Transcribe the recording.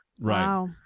Right